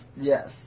Yes